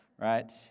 right